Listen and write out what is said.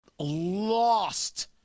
lost